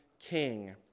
king